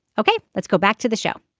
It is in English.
ok. let's go back to the show.